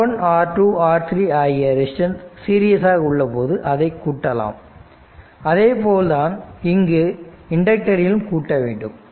R1 R2 R3 ஆகிய resistance சீரியஸாக உள்ள போது அதை கூட்டலாம் அதேபோல் தான் இங்கு இண்டக்டரிலும் கூட்ட வேண்டும்